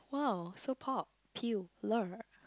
!wow! so popular